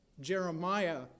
Jeremiah